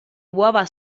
uova